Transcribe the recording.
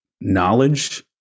knowledge